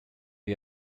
you